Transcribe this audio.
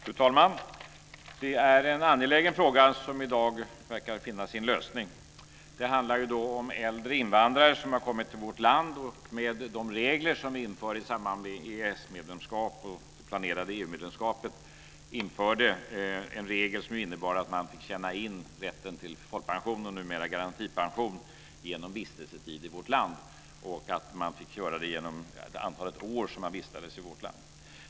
Fru talman! Det är en angelägen fråga som i dag verkar finna sin lösning. Den handlar om äldre invandrare som har kommit till vårt land och om den regel som vi införde i samband med EES Vi införde en regel som innebar att man fick tjäna in rätten till folkpension, numera garantipension, genom vistelsetid, dvs. genom det antal år som man vistades i vårt land.